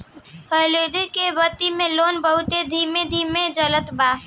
fluid से बत्ती के लौं बहुत ही धीमे धीमे जलता